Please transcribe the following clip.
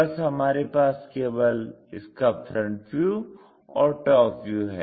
बस हमारे पास केवल इसका FV और TV है